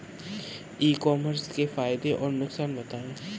ई commerce के फायदे और नुकसान बताएँ?